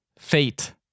Fate